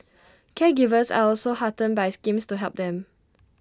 caregivers are also heartened by schemes to help them